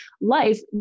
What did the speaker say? life